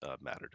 mattered